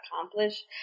accomplish